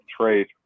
Trade